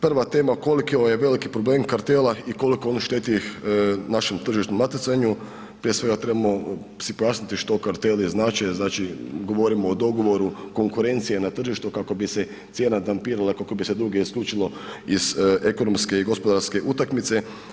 Prva tema koliko je veliki problem kartela i koliko on šteti našem tržišnom natjecanju, prije svega trebamo si pojasniti što karteli znače, znači govorimo o dogovoru konkurencije na tržištu kako bi se cijena tempirala, kako bi se druge isključilo iz ekonomske i gospodarske utakmice.